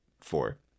four